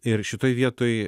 ir šitoj vietoj